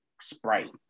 sprite